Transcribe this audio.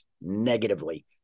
negatively